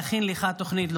יכין לך תוכנית.